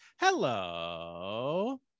hello